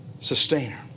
sustainer